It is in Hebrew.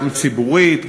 גם ציבורית,